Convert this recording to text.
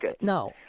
No